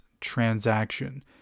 transaction